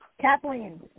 Kathleen